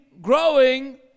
growing